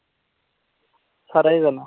खरे गै न